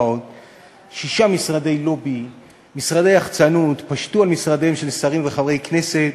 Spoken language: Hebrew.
שישה משרדי לובי ומשרדי יחצנות פשטו על משרדיהם של שרים וחברי כנסת